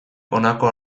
honako